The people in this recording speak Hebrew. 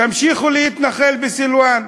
תמשיכו להתנחל בסילואן,